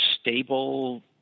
stable